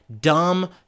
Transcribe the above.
dumb